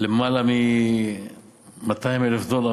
למעלה מ-200,000 דולר,